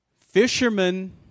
Fishermen